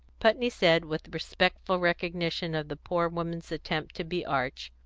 putney said, with respectful recognition of the poor woman's attempt to be arch,